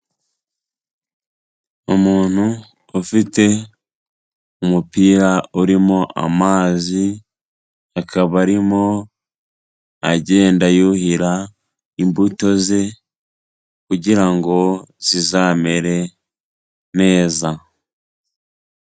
Umuntu ufite umupira urimo amazi, akaba arimo agenda yuhira imbuto ze kugira ngo zizamere neza.